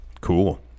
Cool